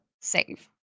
save